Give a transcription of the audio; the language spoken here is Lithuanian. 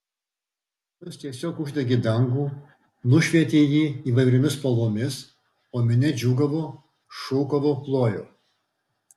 jos tiesiog uždegė dangų nušvietė jį įvairiomis spalvomis o minia džiūgavo šūkavo plojo